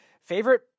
Favorite